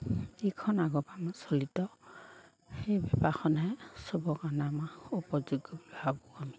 যিখন আগৰ পৰা আমাৰ চলিত সেই পেপাৰখনহে চবৰ কাৰণে আমাৰ উপযোগ্য বুলি ভাবোঁ আমি